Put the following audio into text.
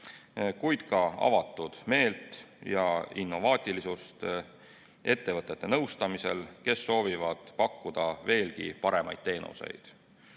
kuid ka avatud meelt ja innovaatilisust ettevõtete nõustamisel, kes soovivad pakkuda veelgi paremaid teenuseid.